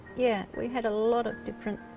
yeah, we had a lot of different